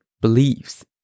beliefs